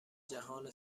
جهان